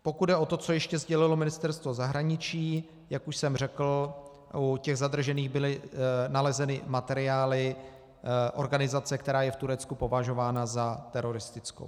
Pokud jde o to, co ještě sdělilo Ministerstvo zahraničí, jak už jsem řekl, u zadržených byly nalezeny materiály organizace, která je v Turecku považována za teroristickou.